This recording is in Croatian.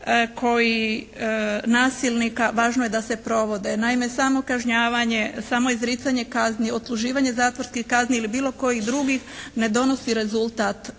koji nasilnika, važno je da se provode. Naime, samo kažnjavanje, samo izricanje kazni, odsluživanje zatvorskih kazni ili bilo kojih drugih ne donosi rezultat